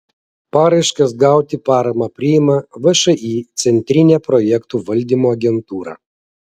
paraiškas gauti paramą priima všį centrinė projektų valdymo agentūra